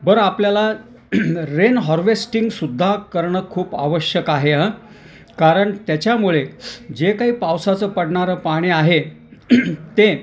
बरं आपल्याला रेन हॉर्वेस्टिंगसुद्धा करणं खूप आवश्यक आहे हं कारण त्याच्यामुळे जे काही पावसाचं पडणारं पाणी आहे ते